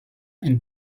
and